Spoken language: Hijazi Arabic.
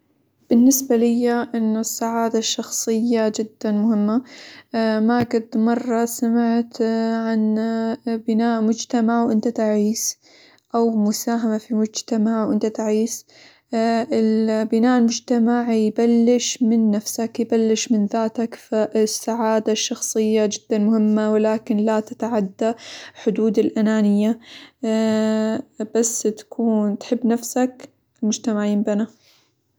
بالنسبة ليا إنه السعادة الشخصية جدًا مهمة، ما قد مرة سمعت عن بناء مجتمع وأنت تعيس، أو مساهمة في مجتمع وأنت تعيس، بناء المجتمع يبلش من نفسك، يبلش من ذاتك؛ فالسعادة الشخصية جدًا مهمة، ولكن لا تتعدى حدود الأنانية، بس تكون تحب نفسك المجتمع ينبنى.